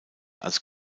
als